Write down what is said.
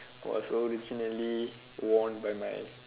was originally worn by my